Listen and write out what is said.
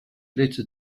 letter